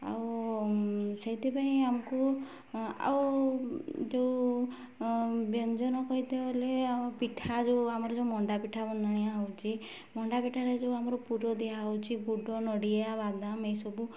ଆଉ ସେଇଥିପାଇଁ ଆମକୁ ଆଉ ଯେଉଁ ବ୍ୟଞ୍ଜନ କହିତେ ହେଲେ ପିଠା ଯେଉଁ ଆମର ଯେଉଁ ମଣ୍ଡା ପିଠା ହେଉଛି ମଣ୍ଡାପିଠାରେ ଯେଉଁ ଆମର ପୁର ଦିଆହେଉଛି ଗୁଡ଼ ନଡ଼ିଆ ବାଦାମ ଏଇସବୁ